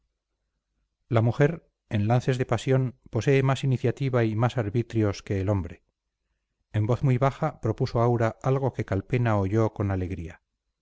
la mujer en lances de pasión posee más iniciativa y más arbitrios que el hombre en voz muy baja propuso aura algo que calpena oyó con alegría